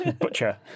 butcher